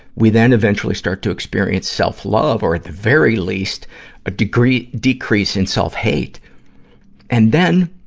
we then eventually start to experience self-love, or at the very least a degree decrease in self-hate. and then,